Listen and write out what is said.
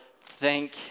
thank